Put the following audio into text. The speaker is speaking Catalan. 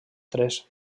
tres